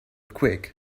quick